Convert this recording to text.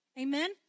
Amen